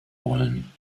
wollen